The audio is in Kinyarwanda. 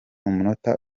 umunota